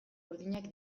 urdinak